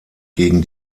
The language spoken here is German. gegen